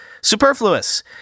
superfluous